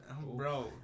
Bro